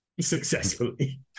Successfully